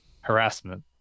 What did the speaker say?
harassment